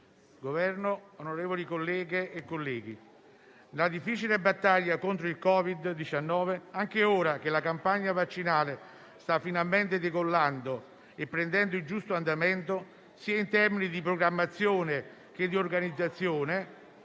Governo, onorevoli colleghe e colleghi, per la difficile battaglia contro il Covid-19, anche ora che la campagna vaccinale sta finalmente decollando e prendendo il giusto andamento sia in termini di programmazione che di organizzazione,